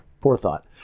forethought